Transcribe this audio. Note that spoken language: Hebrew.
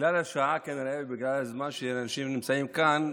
בגלל השעה כנראה ובגלל הזמן שאנשים נמצאים כאן,